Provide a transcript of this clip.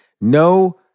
No